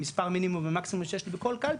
מספר מילים ובמקסימום שיש לי בכל קלפי,